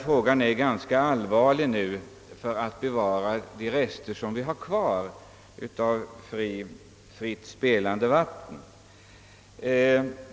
Frågan är ganska allvarlig nu ty det gäller att bevara de rester som vi har kvar av fritt spelande vatten.